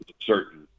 certain